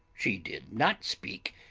she did not speak,